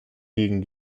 gegen